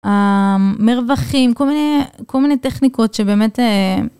מרווחים, כל מיני כל מיני טכניקות שבאמת...